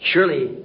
Surely